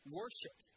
worship